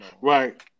Right